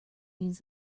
means